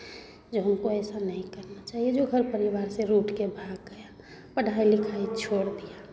जो हमको ऐसा नहीं करना चाहिए जो घर परिवार से रूठ के भाग गया पढ़ाई लिखाई छोड़ दिया